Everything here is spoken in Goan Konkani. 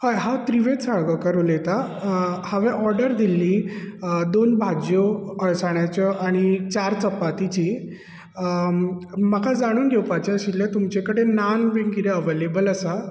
हय हांव त्रिवेद साळगांवकर उलयता हांवें ऑर्डर दिल्ली दोन भाज्यो अळसाण्याच्यो आनी चार चपातीची म्हाका जाणून घेवपाचे आशिल्ले तुमचे कडेन नान बीन कितें अवेलेबल आसा